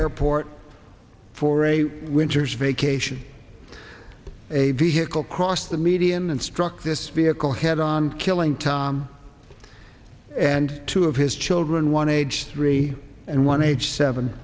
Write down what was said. airport for a winter's vacation a vehicle crossed the median and struck this vehicle head on killing time and two of his children one aged three and one age seven